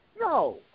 No